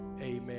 Amen